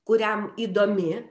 kuriam įdomi